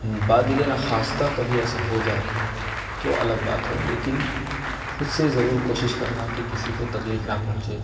با دل ناخواستہ کبھی ایسا ہو جائے تو الگ بات ہے لیکن خود سے ضرور کوشش کرنا کہ کسی کو تکلیف نہ پہنچے